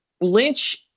Lynch